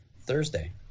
Thursday